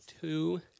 two